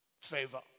favor